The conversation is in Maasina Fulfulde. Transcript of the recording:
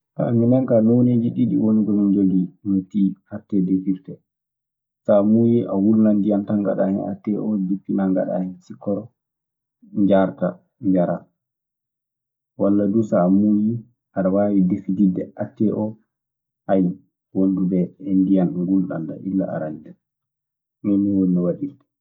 minen kaa nooniiji ɗiɗi woni ko min jogii no attee defirtee. So a muuyii a wulnan ndiyan tan, ngaɗaa hen attee oo, njippinaa ngaɗaa hen sikkoro, njardaa njaraa. Walla duu so a muuyii aɗa waawi defididde attee oo, ayyo wondude e ndiyan ngulɗan ɗan illa arannde. Nii nii woni no waɗirtee.